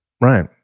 Right